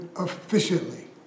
efficiently